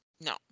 no